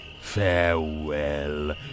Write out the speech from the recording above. Farewell